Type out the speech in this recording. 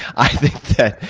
i think that